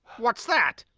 what's that?